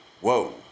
whoa